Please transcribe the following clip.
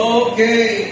okay